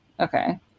Okay